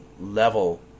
level